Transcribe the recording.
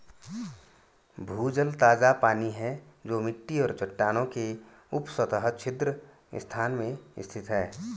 भूजल ताजा पानी है जो मिट्टी और चट्टानों के उपसतह छिद्र स्थान में स्थित है